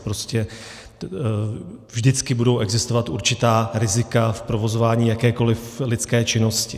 Prostě vždycky budou existovat určitá rizika v provozování jakékoliv lidské činnosti.